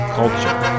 culture